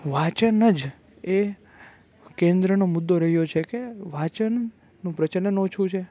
વાંચન જ એ કેન્દ્રનો મુદ્દો રહ્યો છે કે વાંચન પ્રચલન ઓછું છે